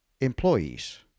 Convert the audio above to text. employees